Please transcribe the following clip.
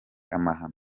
amahano